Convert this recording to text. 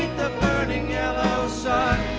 burning yellow sun